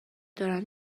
دارن